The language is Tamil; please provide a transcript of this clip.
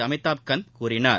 அமிதாப் கந்த் கூறினார்